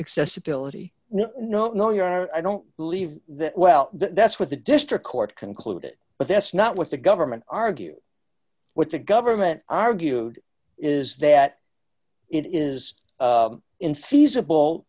accessibility no no no your i don't believe that well that's what the district court concluded but that's not what the government argued with the government argued is that it is in feasible